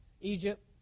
Egypt